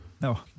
No